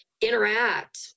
interact